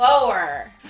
four